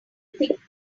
thick